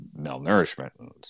malnourishment